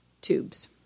tubes